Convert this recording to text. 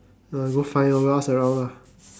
uh go find lor go ask around lah